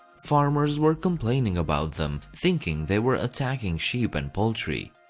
farmers were complaining about them, thinking they were attacking sheep and poultry.